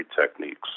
techniques